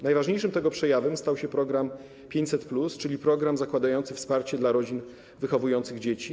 Najważniejszym tego przejawem stał się program 500+, czyli program zakładający wsparcie dla rodzin wychowujących dzieci.